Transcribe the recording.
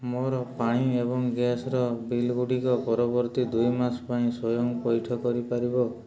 ମୋର ପାଣି ଏବଂ ଗ୍ୟାସ୍ର ବିଲ୍ଗୁଡ଼ିକ ପରବର୍ତ୍ତୀ ଦୁଇ ମାସ ପାଇଁ ସ୍ଵୟଂ ପଇଠ କରିପାରିବ